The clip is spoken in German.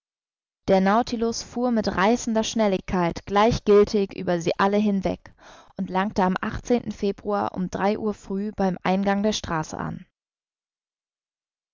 der nautilus fuhr mit reißender schnelligkeit gleichgiltig über sie alle hinweg und langte am februar um drei uhr früh beim eingang der straße an